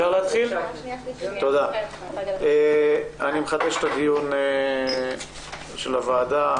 אני מתכבד לפתוח את ישיבת הוועדה.